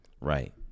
Right